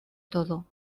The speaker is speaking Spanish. todo